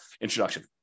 introduction